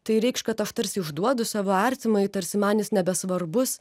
tai reikš kad aš tarsi išduodu savo artimąjį tarsi man jis nebesvarbus